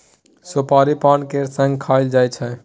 सोपारी पान केर संगे खाएल जाइ छै